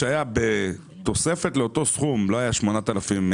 שהיה בתוספת לאותו סכום זה לא היה 8,000 שקלים,